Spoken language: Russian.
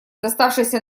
доставшийся